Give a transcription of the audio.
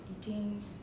eating